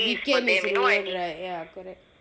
weekend ya correct